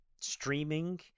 streaming